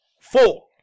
four